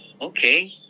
okay